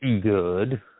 good